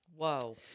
Whoa